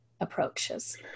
approaches